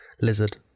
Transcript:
lizard